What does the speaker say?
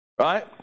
right